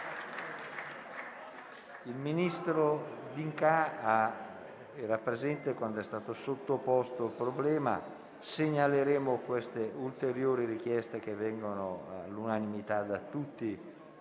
Il ministro D'Incà era presente quando è stato sottoposto il problema; segnaleremo queste ulteriori richieste che vengono all'unanimità da tutti